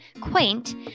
quaint